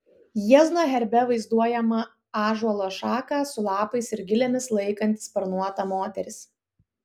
jiezno herbe vaizduojama ąžuolo šaką su lapais ir gilėmis laikanti sparnuota moteris